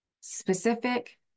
specific